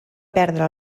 perdre